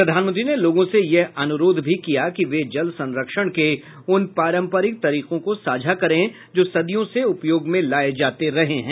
प्रधानमंत्री ने लोगों से यह अनुरोध भी किया कि वे जल संरक्षण के उन पारम्परिक तरीकों को साझा करें जो सदियों से उपयोग में लाए जाते रहे हैं